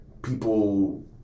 People